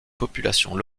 populations